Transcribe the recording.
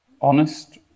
honest